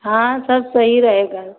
हाँ सब सही रहेगा